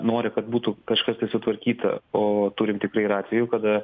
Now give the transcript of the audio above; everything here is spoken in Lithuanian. nori kad būtų kažkas tai susitvarkyta o turim tikrai ir atvejų kada